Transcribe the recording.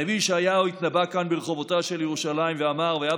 הנביא ישעיהו התנבא כאן ברחובותיה של ירושלים ואמר: "והיה